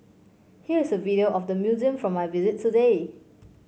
here is a video of the museum from my visit today